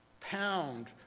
pound